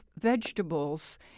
vegetables